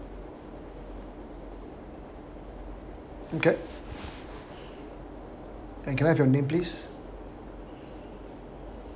okay and can I have your name please